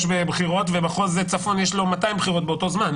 בחירות ומחוז צפון יש 200 בחירות באותו זמן,